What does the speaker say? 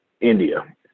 India